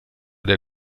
der